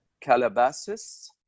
Calabasas